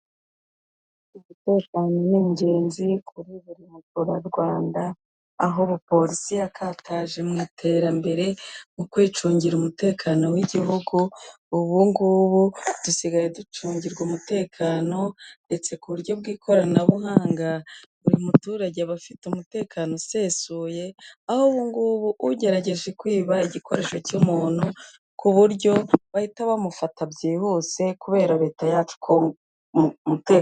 Umutekano ni ingenzi kuri buri mu rwanda aho ubu polisi yakataje mu iterambere mu kwicungira umutekano w'igihugu. ubu ngubu dusigaye ducungirwa umutekano ndetse ku buryo bw'ikoranabuhanga buri muturage aba afite umutekano usesuye ahongubu ugerageje kwiba igikoresho cy'umuntu ku buryo bahita bamufata byihuse kubera leta yacu ko umutekano...